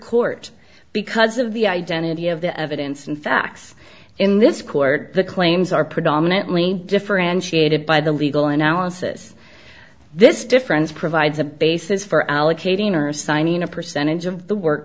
court because of the identity of the evidence and facts in this court the claims are predominantly differentiated by the legal analysis this difference provides a basis for allocating or signing a percentage of the work